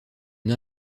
une